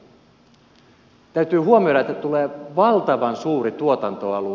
täytyy huomioida että tulee valtavan suuri tuotantoalue